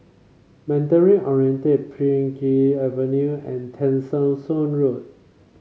Mandarin Oriental Pheng Geck Avenue and Tessensohn Road